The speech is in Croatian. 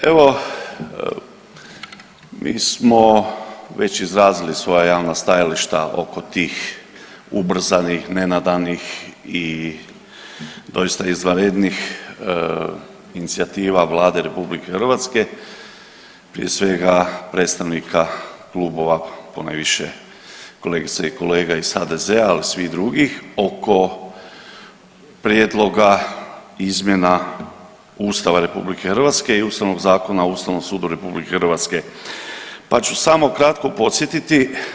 Evo mi smo već izrazili svoja javna stajališta oko tih ubrzanih, nenadanih i doista izvanrednih inicijativa Vlade RH, prije svega predstavnika klubova, ponajviše kolegica i kolega iz HDZ-a, al svih drugih oko prijedloga izmjena Ustava RH i Ustavnog zakona o ustavnom sudu RH, pa ću samo kratko podsjetiti.